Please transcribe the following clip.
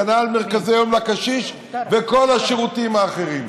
כנ"ל מרכזי יום לקשיש וכל השירותים האחרים.